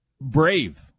brave